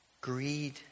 greed